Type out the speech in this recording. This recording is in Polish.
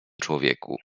człowieku